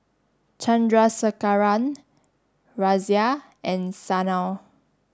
Chandrasekaran Razia and Sanal